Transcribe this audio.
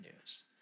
news